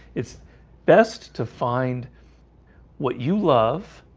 it's best to find what you love?